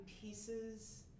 pieces